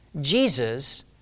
Jesus